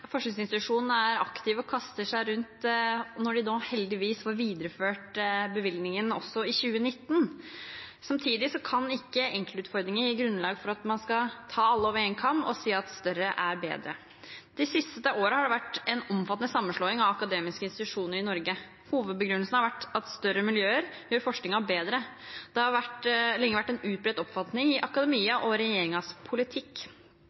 aktiv og kaster seg rundt når den nå heldigvis får videreført bevilgningen også i 2019. Samtidig kan ikke enkeltutfordringer gi grunnlag for at man skal skjære alle over én kam og si at større er bedre. De siste årene har det vært en omfattende sammenslåing av akademiske institusjoner i Norge. Hovedbegrunnelsen har vært at større miljøer gjør forskningen bedre. Det har lenge vært en utbredt oppfatning i akademia og i regjeringens politikk.